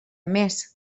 més